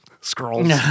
scrolls